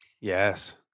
Yes